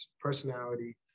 personality